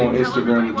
instagram?